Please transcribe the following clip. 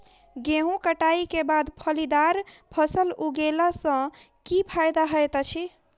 गेंहूँ कटाई केँ बाद फलीदार फसल लगेला सँ की फायदा हएत अछि?